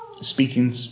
speaking